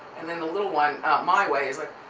and then the little one, my way, is like,